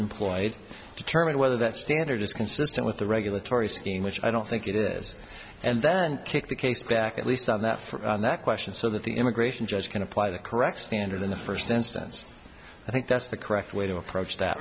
employed determine whether that standard is consistent with the regulatory scheme which i don't think it is and then kick the case back at least on that for that question so that the immigration judge can apply the correct standard in the first instance i think that's the correct way to approach that